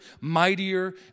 mightier